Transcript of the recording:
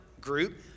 group